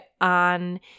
on